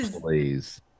Please